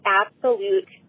absolute